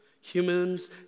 Humans